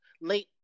late